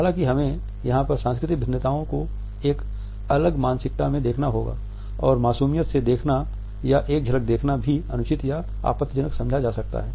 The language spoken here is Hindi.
हालाँकि हमें यहाँ पर सांस्कृतिक भिन्नताओं को एक अलग मानसिकता में देखना होगा और मासूमियत से देखना या एक झलक देखना भी अनुचित या आपत्तिजनक समझा जा सकता है